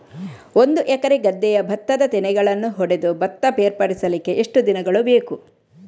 ಒಂದು ಎಕರೆ ಗದ್ದೆಯ ಭತ್ತದ ತೆನೆಗಳನ್ನು ಹೊಡೆದು ಭತ್ತ ಬೇರ್ಪಡಿಸಲಿಕ್ಕೆ ಎಷ್ಟು ದಿನಗಳು ಬೇಕು?